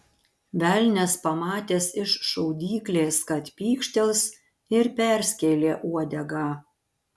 velnias pamatęs iš šaudyklės kad pykštels ir perskėlė uodegą